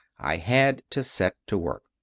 i had to set to work.